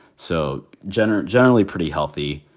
so general generally pretty healthy.